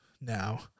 now